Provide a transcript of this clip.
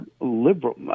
liberal